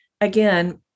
again